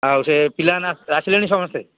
ଆଉ ସେ ପିଲାମାନେ ଆସିଲେଣି ସମସ୍ତେ